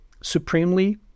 supremely